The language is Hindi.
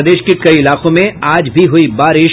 और प्रदेश के कई इलाकों में आज भी हुई बारिश